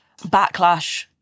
backlash